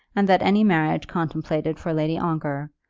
and that any marriage contemplated for lady ongar,